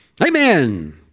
Amen